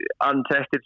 untested